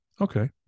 Okay